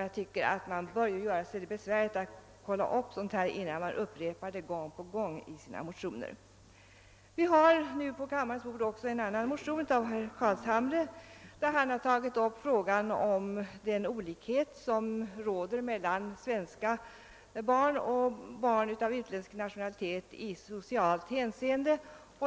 Jag tycker att man bör göra sig det besväret att kolla upp sådant här, innan man upprepar det gång på gång i sina motioner. Vi har nu på kammarens bord också en annan motion, väckt av herr Carlshamre, vari han har tagit upp frågan om den olikhet i socialt hänseende som råder mellan svenska barn och barn av utländsk nationalitet. Herr